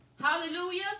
hallelujah